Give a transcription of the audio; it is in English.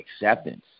acceptance